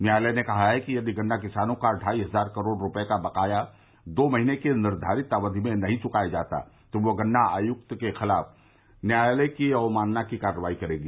न्यायालय ने कहा है कि यदि गन्ना किसानों का ढाई हज़ार करोड़ रूपये का बक़ाया दो महीने की निर्धारित अवधि में नहीं चुकाया जाता है तो वह गन्ना आयुक्त के खिलाफ न्यायालय की अवमानना की कार्रवई करेगी